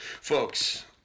folks